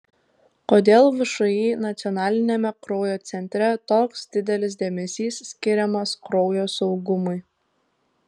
kodėl všį nacionaliniame kraujo centre toks didelis dėmesys skiriamas kraujo saugumui